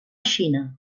xina